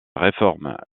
réforme